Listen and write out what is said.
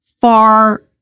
far